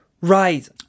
Right